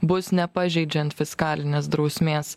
bus nepažeidžiant fiskalinės drausmės